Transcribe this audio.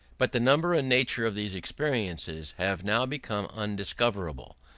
but the number and nature of these experiences have now become undiscoverable,